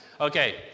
Okay